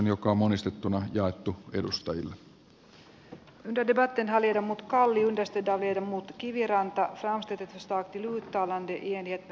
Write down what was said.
eduskunta edellyttää että hallitus toimii siten että suomen luotettavan ja turvallisen taksijärjestelmän toimintaedellytykset turvataan sekä maaseudulla että kaupungissa